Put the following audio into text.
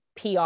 PR